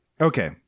okay